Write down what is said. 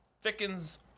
thickens